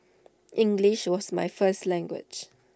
English was my first language